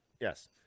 yes